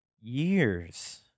Years